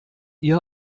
ihr